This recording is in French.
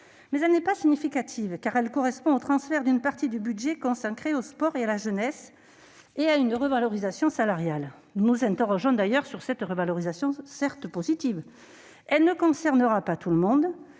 hausse n'est pas significative, car elle correspond au transfert d'une partie du budget consacré au sport et à la jeunesse ainsi qu'à une revalorisation salariale. Nous nous interrogeons d'ailleurs sur cette revalorisation, certes positive, mais qui ne concernera pas tout le monde